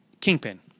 Kingpin